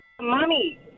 Mommy